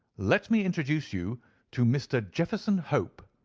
let me introduce you to mr. jefferson hope,